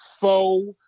faux